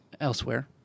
elsewhere